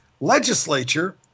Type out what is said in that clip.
legislature